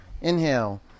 Inhale